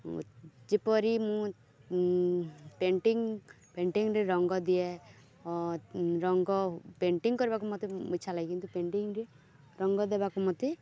ଯେପରି ମୁଁ ପେଣ୍ଟିଙ୍ଗ ପେଣ୍ଟିଙ୍ଗରେ ରଙ୍ଗ ଦିଏ ରଙ୍ଗ ପେଣ୍ଟିଂ କରିବାକୁ ମୋତେ ଇଚ୍ଛା ଲାଗେ କିନ୍ତୁ ପେଣ୍ଟିଙ୍ଗରେ ରଙ୍ଗ ଦେବାକୁ ମୋତେ